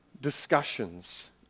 discussions